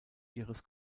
ihres